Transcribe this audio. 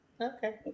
Okay